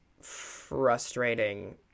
frustrating